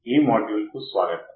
ఈ మాడ్యూల్కు స్వాగతం